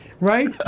Right